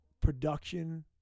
production